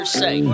say